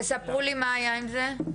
תספרו לי מה היה עם זה?